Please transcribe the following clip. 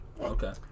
Okay